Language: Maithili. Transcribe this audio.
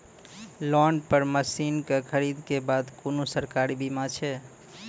लोन पर मसीनऽक खरीद के बाद कुनू सरकारी बीमा छै?